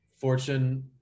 Fortune